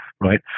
right